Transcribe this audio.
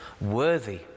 worthy